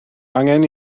angen